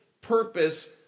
purpose